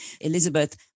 elizabeth